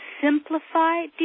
Simplify